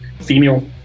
female